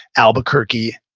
albuquerque,